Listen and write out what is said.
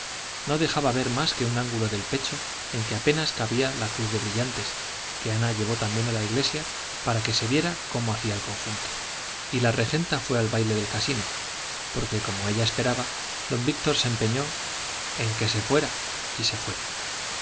no dejaba ver más que un ángulo del pecho en que apenas cabía la cruz de brillantes que ana llevó también a la iglesia para que se viera cómo hacía el conjunto y la regenta fue al baile del casino porque como ella esperaba don víctor se empeñó en que se fuera y se fue